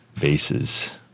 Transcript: bases